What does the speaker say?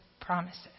promises